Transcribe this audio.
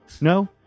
No